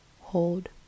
hold